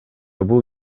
бул